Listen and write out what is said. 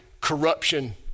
corruption